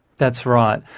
that's right,